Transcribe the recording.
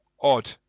odd